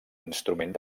instrument